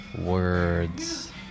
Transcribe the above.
words